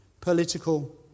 political